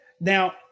Now